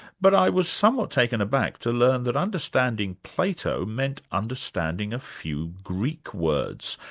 but i was somewhat taken aback to learn that understanding plato meant understanding a few greek words,